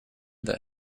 that